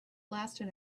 lasted